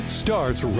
starts